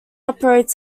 operates